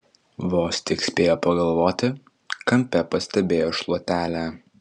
vos tik spėjo pagalvoti kampe pastebėjo šluotelę